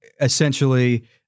essentially